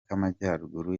k’amajyaruguru